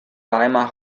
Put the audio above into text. weimar